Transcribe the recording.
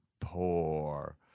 poor